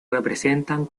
representan